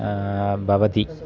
भवति